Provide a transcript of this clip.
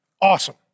awesome